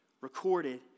recorded